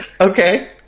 Okay